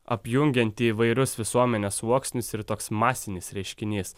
apjungianti įvairius visuomenės sluoksnius ir toks masinis reiškinys